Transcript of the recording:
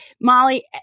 Molly